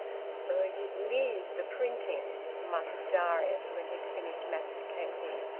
so ye'd leave the printing? muttered darius, when he had finished masticating.